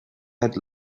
had